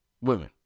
women